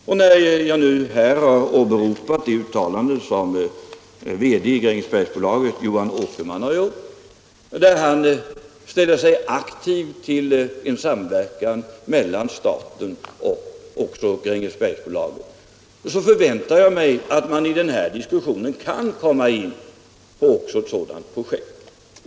Och när jag nu har åberopat uttalanden från VD i Grängesbergsbolaget, Johan Åkerman, som ställer sig positiv till en samverkan mellan staten och Grängesbersgbolaget, förväntar jag mig att man i den här diskussionen kan komma in på ett sådant projekt.